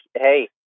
hey